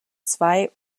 zwei